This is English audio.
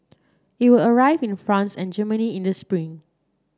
it will arrive in France and Germany in the spring